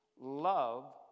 love